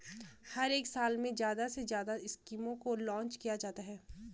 हर एक साल में ज्यादा से ज्यादा स्कीमों को लान्च किया जाता है